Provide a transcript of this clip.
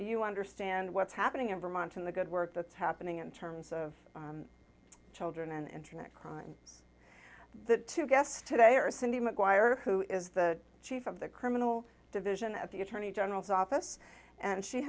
you understand what's happening in vermont and the good work that's happening in terms of children and internet crimes that two guests today are cindy mcguire who is the chief of the criminal division at the attorney general's office and she